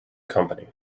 company